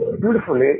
beautifully